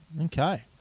Okay